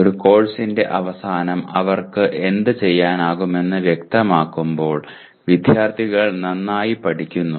ഒരു കോഴ്സിന്റെ അവസാനം അവർക്ക് എന്ത് ചെയ്യാനാകുമെന്ന് വ്യക്തമാകുമ്പോൾ വിദ്യാർത്ഥികൾ നന്നായി പഠിക്കുന്നു